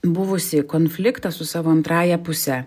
buvusį konfliktą su savo antrąja puse